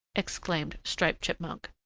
exclaimed striped chipmunk.